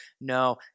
no